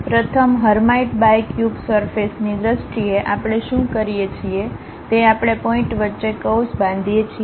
પ્રથમ Hermite bicubic સરફેસની દ્રષ્ટિએ આપણે શું કરીએ છીએ તે આપણે પોઈન્ટ વચ્ચે કર્વ્સ બાંધીએ છીએ